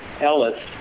Ellis